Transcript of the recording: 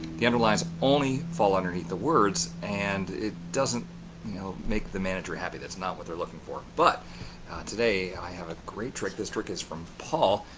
the underlies only fall underneath the words and it doesn't, you know, make the manager happy. that's not what they're looking for. but today, i have a great trick, this trick is from paul.